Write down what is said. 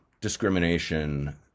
discrimination